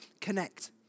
connect